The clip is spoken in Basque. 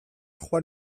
joan